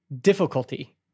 difficulty